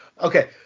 Okay